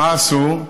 מה עשו?